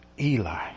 Eli